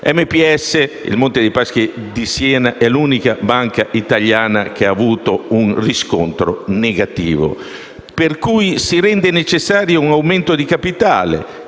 vigilanza europea. MPS è l'unica banca italiana che ha avuto un riscontro negativo, per cui si rende necessario un aumento di capitale